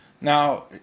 Now